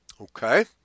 okay